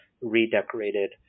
redecorated